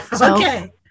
Okay